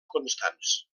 constants